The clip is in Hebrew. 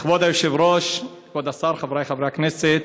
כבוד היושב-ראש, כבוד השר, חברי חברי הכנסת,